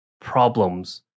problems